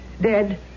Dead